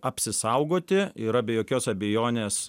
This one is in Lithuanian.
apsisaugoti yra be jokios abejonės